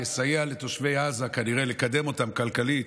תסייע לתושבי עזה כנראה לקדם אותם כלכלית.